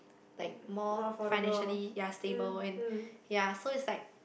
like more financially ya stable and ya so it's like